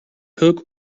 hook